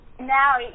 Now